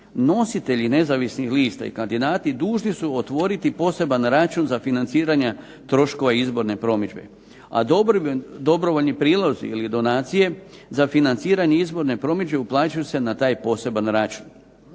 nositelji nezavisnih lista i kandidati dužni su otvoriti poseban račun za financiranje troškova izborne promidžbe. A dobrovoljni prilozi i donacije za financiranje izborne promidžbe uplaćuju se na taj poseban račun.